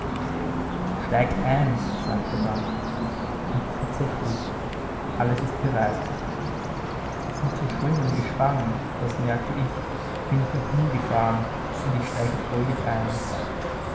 steigt ein sagt er dann und tatsächlich alles ist bereit mit so schönem gespann das merke ich bin ich noch nie gefahren und ich steige fröhlich ein